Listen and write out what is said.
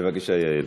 בבקשה, יעל.